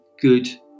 good